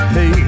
Hey